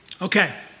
Okay